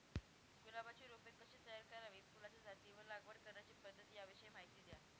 गुलाबाची रोपे कशी तयार करावी? फुलाच्या जाती व लागवड करण्याची पद्धत याविषयी माहिती द्या